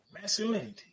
masculinity